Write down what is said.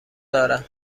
دارم